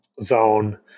zone